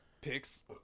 picks